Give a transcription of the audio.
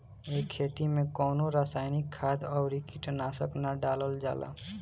ए खेती में कवनो रासायनिक खाद अउरी कीटनाशक ना डालल जाला